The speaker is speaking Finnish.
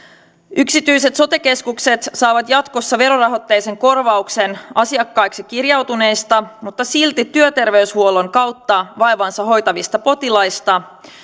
yksityiset sote keskukset saavat jatkossa verorahoitteisen korvauksen asiakkaiksi kirjautuneista mutta silti työterveyshuollon kautta vaivaansa hoitavista potilaistaan